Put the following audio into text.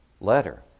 letter